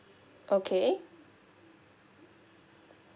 okay